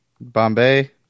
bombay